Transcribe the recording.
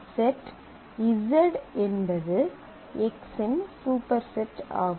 set z என்பது x இன் superset ஆகும்